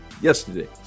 yesterday